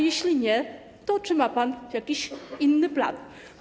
Jeśli nie, to czy ma pan jakiś inny plan?